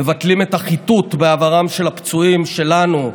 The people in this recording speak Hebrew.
מבטלים את החיטוט בעברם של הפצועים שלנו,